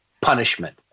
punishment